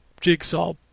jigsaw